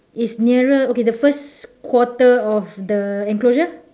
is nearer okay the first quarter of the enclosure